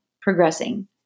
progressing